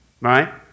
right